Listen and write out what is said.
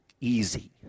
easy